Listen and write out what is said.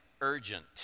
urgent